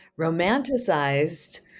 romanticized